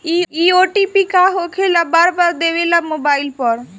इ ओ.टी.पी का होकेला बार बार देवेला मोबाइल पर?